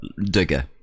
digger